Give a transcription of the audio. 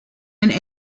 and